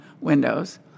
windows